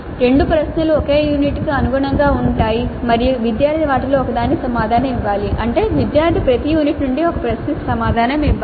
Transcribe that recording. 2 ప్రశ్నలు ఒకే యూనిట్కు అనుగుణంగా ఉంటాయి మరియు విద్యార్థి వాటిలో ఒకదానికి సమాధానం ఇవ్వాలి అంటే విద్యార్థి ప్రతి యూనిట్ నుండి ఒక ప్రశ్నకు సమాధానం ఇవ్వాలి